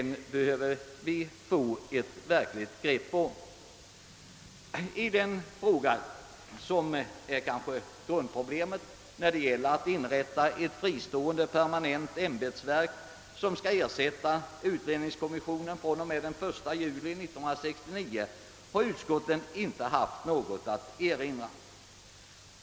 När det gäller förslaget om inrättande av ett fristående permanent ämbetsverk som skall ersätta utlänningskommissionen från den 1 juli 1969 — och detta är väl grundfrågan i detta sammanhang — har utskottet inte haft någonting att invända.